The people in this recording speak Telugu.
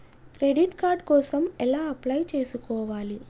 క్రెడిట్ కార్డ్ కోసం ఎలా అప్లై చేసుకోవాలి?